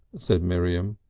said miriam.